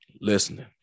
listening